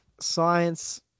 science